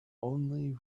only